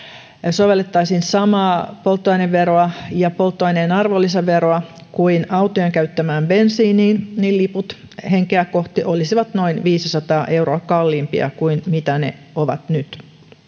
sovellettaisiin samaa polttoaineveroa ja polttoaineen arvonlisäveroa kuin autojen käyttämään bensiiniin niin liput henkeä kohti olisivat noin viisisataa euroa kalliimpia kuin mitä ne ovat nyt